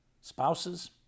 spouses